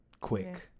quick